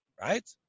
right